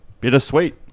bittersweet